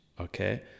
okay